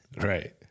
Right